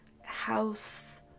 house